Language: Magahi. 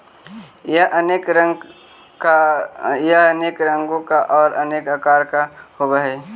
यह अनेक रंगों का और अनेक आकार का होव हई